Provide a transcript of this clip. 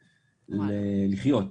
ללחיות.